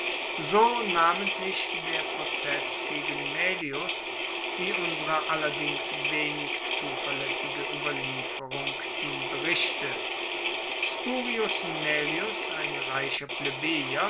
so namentlich der prozess gegen maelius wie unsere allerdings wenig zuverlaessige ueberlieferung ihn berichtet spurius maelius ein reicher